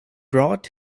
brought